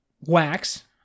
Wax